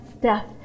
death